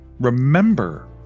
remember